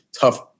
tough